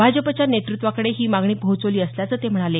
भाजपच्या नेतृत्वाकडे ही मागणी पोहोचवली असल्याचं ते म्हणाले